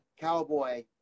cowboy